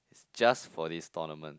just for this tournament